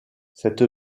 cette